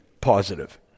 positive